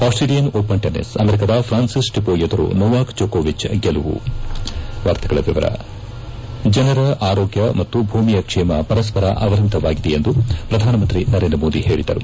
Australian open tennis ಅಮೆರಿಕದ Frances Tiafoe ಎದುರು Novak ಜೊಕೊವಿಚ್ ಗೆಲುವು ಜನರ ಆರೋಗ್ನ ಮತ್ತು ಭೂಮಿಯ ಕ್ಷೇಮ ಪರಸ್ಪರ ಅವಲಂಬಿತವಾಗಿದೆ ಎಂದು ಪ್ರಧಾನಮಂತ್ರಿ ನರೇಂದ್ರ ಮೋದಿ ಹೇಳಿದರು